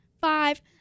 five